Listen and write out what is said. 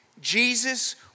Jesus